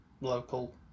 local